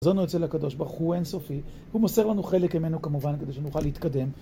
החזון הוא אצל הקדוש ברוך הוא. הוא אין-סופי, והוא מוסר לנו חלק ממנו כמובן, כדי שנוכל להתקדם.